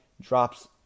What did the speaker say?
drops